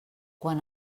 quan